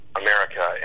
America